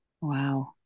Wow